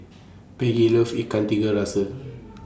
Peggy loves Ikan Tiga Rasa